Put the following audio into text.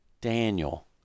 Daniel